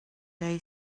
day